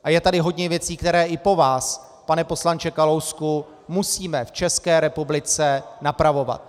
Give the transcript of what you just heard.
A je tady hodně věcí, které i po vás, pane poslanče Kalousku, musíme v České republice napravovat.